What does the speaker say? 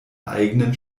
eigenen